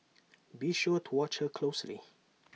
be sure to watch her closely